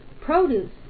produce